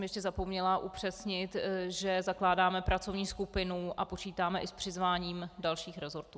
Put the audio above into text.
Ještě jsem zapomněla upřesnit, že zakládáme pracovní skupinu a počítáme i s přizváním dalších rezortů.